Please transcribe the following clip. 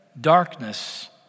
darkness